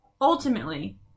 ultimately